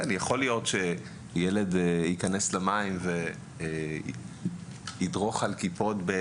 יכול להיות שילד ייכנס למים באילת וידרוך על קיפוד,